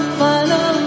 follow